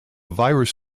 virus